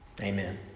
Amen